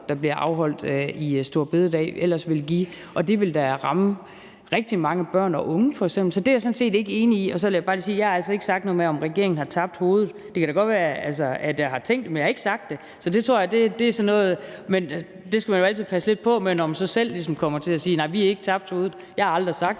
der bliver afholdt på store bededag, ellers ville give, og det vil da f.eks. ramme rigtig mange børn og unge. Så det er jeg sådan set ikke enig i. Og så vil jeg bare lige sige, at jeg altså ikke har sagt noget med, at regeringen har tabt hovedet. Det kan da godt være, at jeg har tænkt det, men jeg har ikke sagt det. Det skal man jo altid passe lidt på med, altså når man så selv ligesom kommer til at sige: Nej, vi har ikke tabt hovedet. Jeg har aldrig sagt,